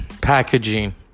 packaging